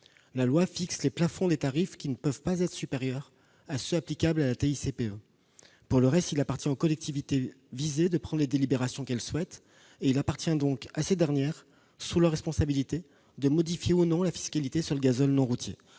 La loi fixe les plafonds des tarifs, qui ne peuvent pas être supérieurs à ceux qui sont applicables à la TICPE. Pour le reste, il appartient aux collectivités visées de prendre les délibérations qu'elle souhaite. Il revient donc à ces dernières, sous leur responsabilité, de modifier ou non la fiscalité sur le gazole non routier.